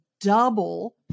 double